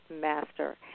master